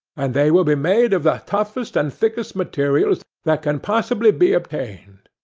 and they will be made of the toughest and thickest materials that can possibly be obtained.